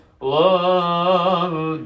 love